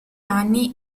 anni